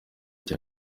cya